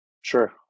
Sure